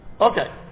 Okay